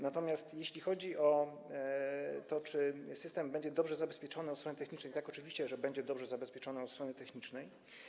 Natomiast jeśli chodzi o to, czy system będzie dobrze zabezpieczony od strony technicznej, oczywiście będzie dobrze zabezpieczony od strony technicznej.